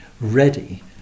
ready